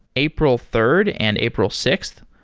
april third and april sixth.